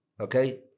Okay